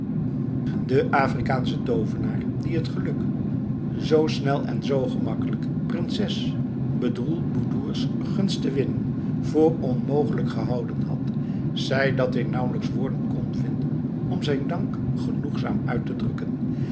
de afrikaansche toovenaar die het geluk zoo snel en zoo gemakkelijk prinses bedroelboedoer's gunst te winnen voor onmogelijk gehouden had zei dat hij nauwelijks woorden kon vinden om zijn dank genoegzaam uit te drukken